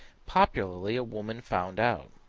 popularly, a woman found out.